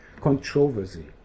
controversy